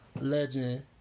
legend